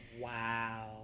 Wow